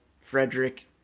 Frederick